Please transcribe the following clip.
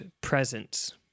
presence